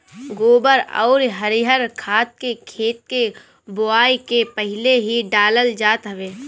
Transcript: गोबर अउरी हरिहर खाद के खेत के बोआई से पहिले ही डालल जात हवे